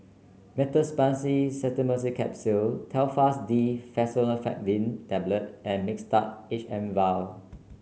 Meteospasmyl Simeticone Capsules Telfast D Fexofenadine Tablet and Mixtard H M vial